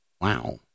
Wow